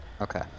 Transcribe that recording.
Okay